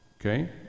okay